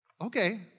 Okay